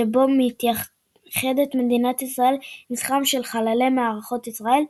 שבו מתייחדת מדינת ישראל עם זכרם של חללי מערכות ישראל,